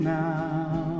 now